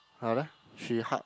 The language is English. she hug